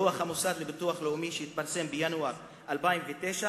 דוח המוסד לביטוח לאומי שהתפרסם בינואר 2009,